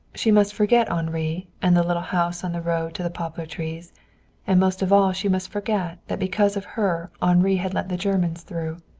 she must forget henri and the little house on the road to the poplar trees and most of all, she must forget that because of her henri had let the germans through.